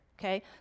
okay